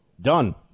done